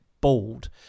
bald